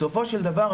בסופו של דבר,